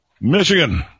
Michigan